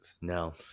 no